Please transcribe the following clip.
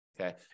okay